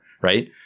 right